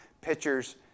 pitchers